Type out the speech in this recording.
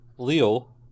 Leo